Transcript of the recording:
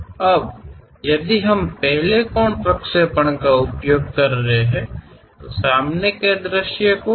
ಈಗ ನಾವು ಮೊದಲ ಕೋನ ಪ್ರೊಜೆಕ್ಷನ್ ಬಳಸುತ್ತಿದ್ದರೆ ಮೇಲ್ಭಾಗದಲ್ಲಿ ನಿಮ್ಮ ಮುಂಭಾಗದ ನೋಟ ಮತ್ತು ಕೆಳಭಾಗದಲ್ಲಿ ಮೇಲಿನ ನೋಟ